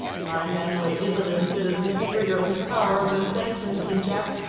my memory isn't as good as miss briggerland's power of invention, said jack.